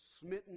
smitten